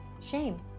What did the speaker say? Shame